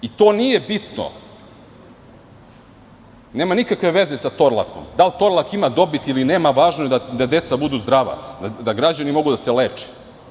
To nije bitno, nema nikakve veze sa „Torlakom“, a da li „Torlak“ ima veze ili ne, da li ima dobit, važno je da deca budu zdrava, da građani mogu da se leče.